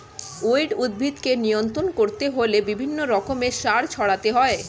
weed উদ্ভিদকে নিয়ন্ত্রণ করতে হলে বিভিন্ন রকমের সার ছড়াতে হয়